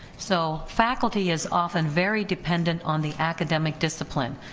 so faculty is often very dependent on the academic discipline,